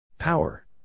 Power